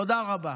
תודה רבה.